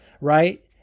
right